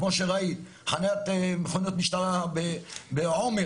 כמו ראית חניית מכוניות משטרה בעומר,